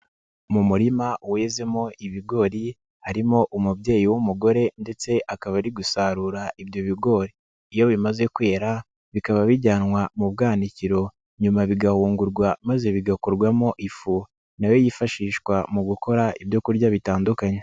Mu murima wezemo ibigori harimo umubyeyi w'umugore ndetse akaba ari gusarura ibyo bigori, iyo bimaze kwera bikaba bijyanwa mu bwanikiro, nyuma bigahungurwa maze bigakorwamo ifu, na yo yifashishwa mu gukora ibyo kurya bitandukanye.